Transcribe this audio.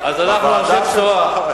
אז אנחנו אנשי בשורה.